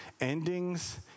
endings